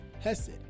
HESED